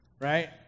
Right